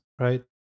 right